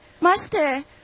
Master